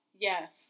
Yes